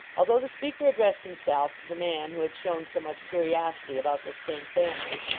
although the speaker addressed himself to the man who had shown so much curiosity about this same family,